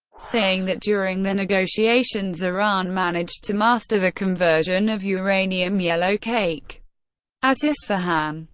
saying that during the negotiations, iran managed to master the conversion of uranium yellowcake at isfahan.